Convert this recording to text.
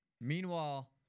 Meanwhile